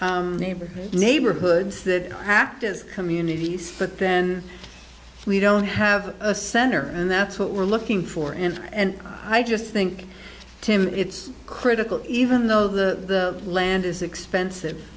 distinct neighborhood neighborhoods that act as communities but then we don't have a center and that's what we're looking for and and i just think tim it's critical even though the land is expensive